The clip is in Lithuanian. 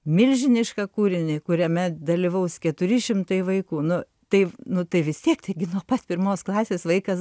milžinišką kūrinį kuriame dalyvaus keturi šimtai vaikų nu taip nu tai vis tiek taigi nuo pat pirmos klasės vaikas